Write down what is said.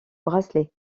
bracelet